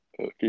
Okay